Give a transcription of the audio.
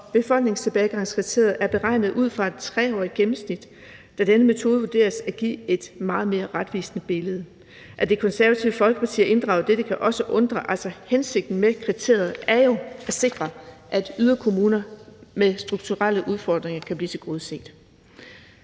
Befolkningstilbagegangskriteriet er beregnet ud fra et 3-årigt gennemsnit, da denne metode vurderes at give et meget mere retvisende billede. At Det Konservative Folkeparti har inddraget dette, kan også undre. Altså, hensigten med kriteriet er jo at sikre, at yderkommuner med strukturelle udfordringer kan blive tilgodeset.